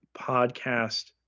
podcast